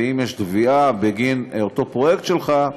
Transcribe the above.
ואם יש תביעה בגין אותו פרויקט שלך,